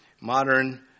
modern